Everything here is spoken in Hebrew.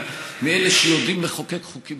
מאלה שיודעים לחוקק חוקים